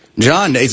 John